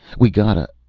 we gotta.